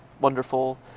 wonderful